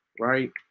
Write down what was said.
Right